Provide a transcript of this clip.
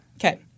Okay